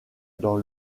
dans